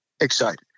excited